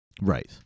Right